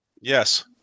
Yes